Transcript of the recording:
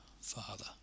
father